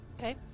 Okay